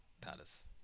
Palace